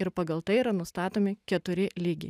ir pagal tai yra nustatomi keturi lygiai